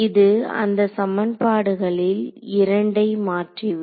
இது அந்த சமன்பாடுகளில் இரண்டை மாற்றிவிடும்